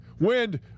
wind